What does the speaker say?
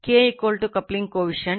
K coupling coefficient 0